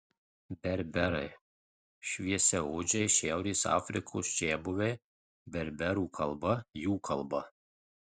berberai šviesiaodžiai šiaurės afrikos čiabuviai berberų kalba jų kalba